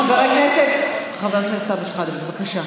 חבר הכנסת אבו שחאדה, בבקשה.